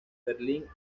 berlín